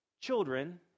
children